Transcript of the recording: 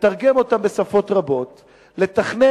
לתרגם